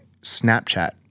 Snapchat